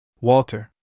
Walter